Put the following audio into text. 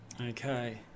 Okay